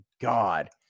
God